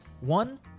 One